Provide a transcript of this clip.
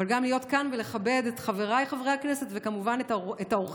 אבל גם להיות כאן ולכבד את חבריי חברי הכנסת וכמובן את האורחים,